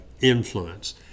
influence